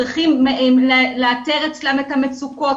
צריכים לאתר אצלם את המצוקות,